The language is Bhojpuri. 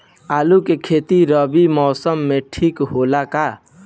आलू के खेती रबी मौसम में ठीक होला का?